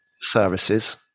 services